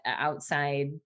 outside